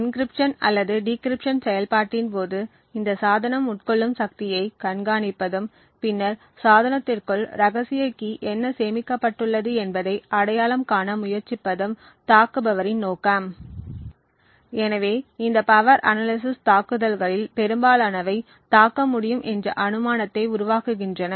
encryption அல்லது decryption செயல்பாட்டின் போது இந்த சாதனம் உட்கொள்ளும் சக்தியைக் கண்காணிப்பதும் பின்னர் சாதனத்திற்குள் ரகசிய கீ என்ன சேமிக்கப்பட்டுள்ளது என்பதை அடையாளம் காண முயற்சிப்பதும் தாக்குபவரின் நோக்கம் எனவே இந்த பவர் அனாலிசிஸ் தாக்குதல்களில் பெரும்பாலானவை தாக்க முடியும் என்ற அனுமானத்தை உருவாக்குகின்றன